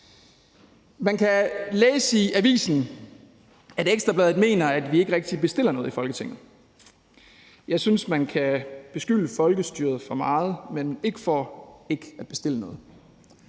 Man kan læse i Ekstra Bladet, at de mener, at vi ikke rigtig bestiller noget i Folketinget. Jeg synes, man kan beskylde folkestyret for meget, men ikke for ikke at bestille noget.